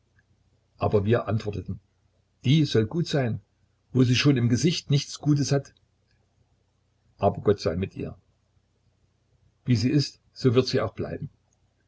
aber wir antworten die soll gut sein wo sie schon im gesicht nichts gutes hat aber gott sei mit ihr wie sie ist so wird sie auch bleiben